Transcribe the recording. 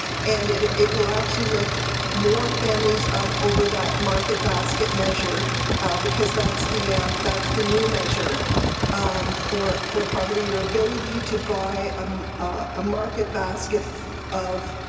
and it it will actually lift more families up over that market basket measure because that's the that's the new measure for for poverty. your ability to buy um a market basket of,